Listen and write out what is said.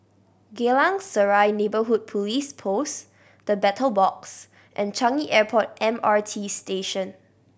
Geylang Serai Neighbourhood Police Post The Battle Box and Changi Airport M R T Station